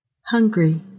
Hungry